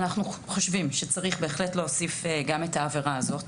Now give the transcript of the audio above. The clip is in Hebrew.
אנחנו חושבים שצריך בהחלט להוסיף גם את העבירה הזאת,